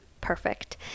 perfect